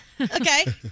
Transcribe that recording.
Okay